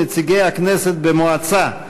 נציגי הכנסת במועצה),